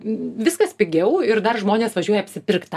viskas pigiau ir dar žmonės važiuoja apsipirkt